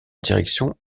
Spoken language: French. direction